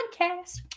podcast